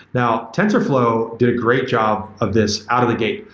now, tensorflow did a great job of this out of the gate.